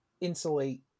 insulate